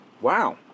Wow